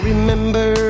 Remember